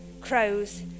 crows